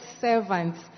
Servants